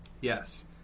Yes